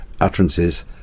utterances